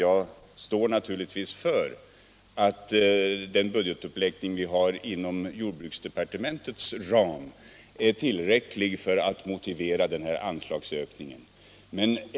Jag står naturligtvis för att den budgetuppläggning som vi har gjort av-jordbruksdepartementets anslag är tillräcklig för att ge utrymme för våra anslagsökningar.